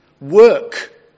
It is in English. Work